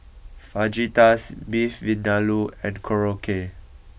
Fajitas Beef Vindaloo and Korokke